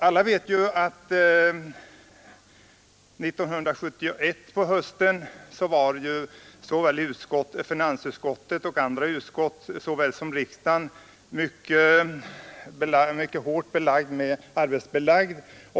Alla vet ju att 1971 på hösten såväl finansutskottet som riksdagens andra utskott och kammaren var mycket hårt arbetsbelagda.